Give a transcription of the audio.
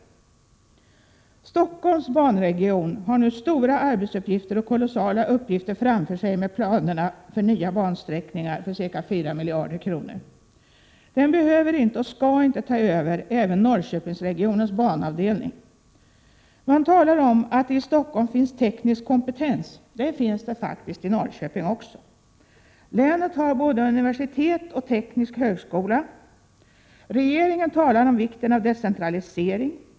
Stockholms banregion har nu stora arbetsuppgifter och kolossala uppgifter framför sig med planerna för nya bansträckningar för ca 4 miljarder kronor. Den behöver inte och skall inte ta över även Norrköpingsregionens 35 banavdelning. Man talar om att det i Stockholm finns teknisk kompetens. Det finns det i . Norrköping också. Länet har både universitet och teknisk högskola. Regeringen talar om vikten av decentralisering.